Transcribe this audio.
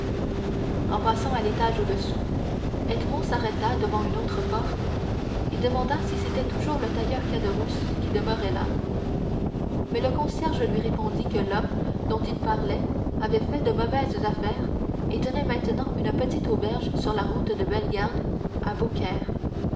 en passant à l'étage au-dessous edmond s'arrêta devant une autre porte et demanda si c'était toujours le tailleur caderousse qui demeurait là mais le concierge lui répondit que l'homme dont il parlait avait fait de mauvaises affaires et tenait maintenant une petite auberge sur la route de bellegarde à